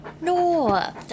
No